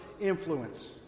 influence